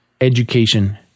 education